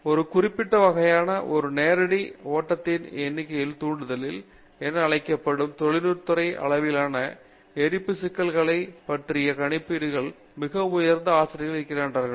ஒரு குறிப்பிட்ட வகையான ஒரு நேரடி ஓட்டத்தின் எண்ணியல் தூண்டுதல் என அழைக்கப்படும் தொழிற்துறை அளவிலான எரிப்புச் சிக்கல்களைப் பற்றிய கணிப்பீடுகளில் மிக உயர்ந்த ஆசிரியர்கள் இருக்கிறார்கள்